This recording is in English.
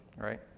right